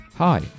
Hi